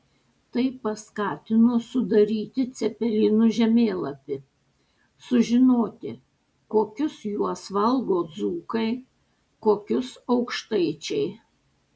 tai paskatino sudaryti cepelinų žemėlapį sužinoti kokius juos valgo dzūkai kokius aukštaičiai